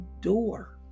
door